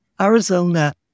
Arizona